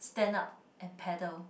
stand up and paddle